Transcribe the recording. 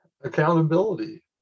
accountability